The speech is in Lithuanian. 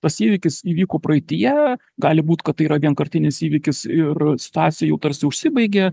tas įvykis įvyko praeityje gali būt kad tai yra vienkartinis įvykis ir situacija jau tarsi užsibaigė